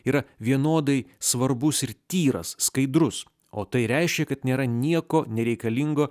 yra vienodai svarbus ir tyras skaidrus o tai reiškia kad nėra nieko nereikalingo